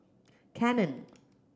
Canon